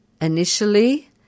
Initially